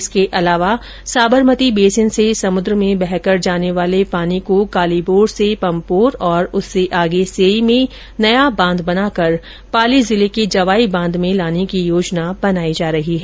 इसके अलावा साबरमती बेसिन से समुद्र में बहकर जाने वाले पानी को कालिबोर से पम्पोर और उससे आगे सेई में नया बांध बनाकर पाली जिले के जवाई बांध में लाने की योजना बनाई जा रही है